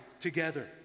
together